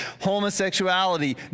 homosexuality